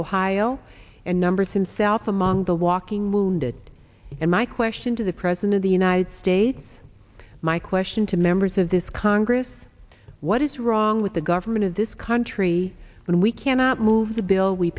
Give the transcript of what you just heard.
ohio and numbers himself among the walking wounded and my question to the president of the united states my question to members of this congress what is wrong with the government of this country when we cannot move the bill we